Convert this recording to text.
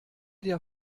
dir